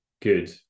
good